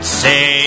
say